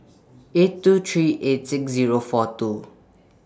eight two three eight six Zero four two